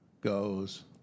goes